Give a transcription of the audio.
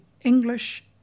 English